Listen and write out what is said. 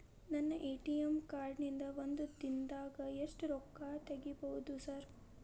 ನನ್ನ ATM card ನಿಂದಾ ಒಂದ್ ದಿಂದಾಗ ಎಷ್ಟ ರೊಕ್ಕಾ ತೆಗಿಬೋದು ಸಾರ್?